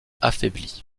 affaibli